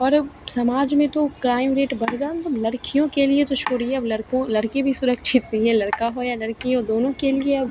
पर समाज में तो क्राइम रेट लड़कियों के लिए तो छोड़िए अब लड़कों लड़की भी सुरक्षित नैहन लड़का हो या लड़की हो दोनों के लिए अब